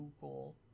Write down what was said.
Google